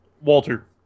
Walter